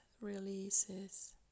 releases